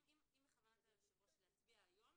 אם בכוונת היו"ר להצביע היום,